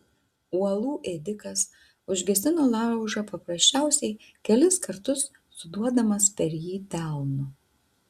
uolų ėdikas užgesino laužą paprasčiausiai kelis kartus suduodamas per jį delnu